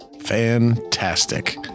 Fantastic